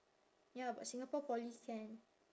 ya but singapore poly can